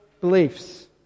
beliefs